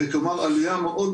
כלומר עלייה מאוד,